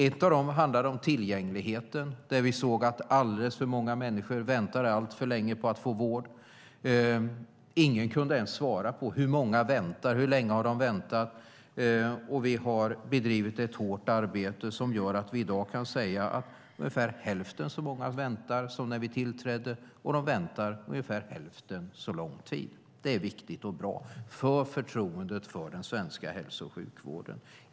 Ett av dem handlade om tillgängligheten. Vi såg att alldeles för många människor väntade alltför länge på att få vård. Ingen kunde ens svara på hur många som väntade eller hur länge de hade väntat. Vi har bedrivit ett hårt arbete som gör att vi i dag kan säga att ungefär hälften så många väntar som när vi tillträdde, och de väntar ungefär hälften så lång tid. Det är viktigt och bra för förtroendet för den svenska hälso och sjukvården.